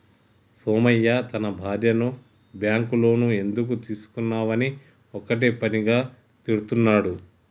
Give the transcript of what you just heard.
సోమయ్య తన భార్యను bank loan ఎందుకు తీసుకున్నవని ఒక్కటే పనిగా తిడుతున్నడు